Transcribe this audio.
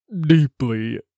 deeply